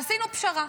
עשינו פשרה.